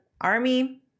army